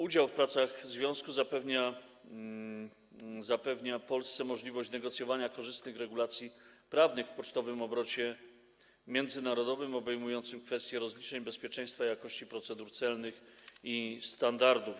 Udział w pracach związku zapewnia Polsce możliwość negocjowania korzystnych regulacji prawnych w pocztowym obrocie międzynarodowym obejmujących kwestie rozliczeń, bezpieczeństwa, jakości procedur celnych i standardów.